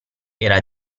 era